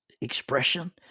expression